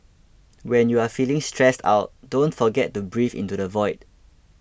when you are feeling stressed out don't forget to breathe into the void